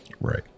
right